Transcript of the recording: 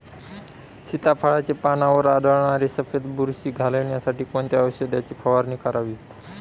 सीताफळाचे पानांवर आढळणारी सफेद बुरशी घालवण्यासाठी कोणत्या औषधांची फवारणी करावी?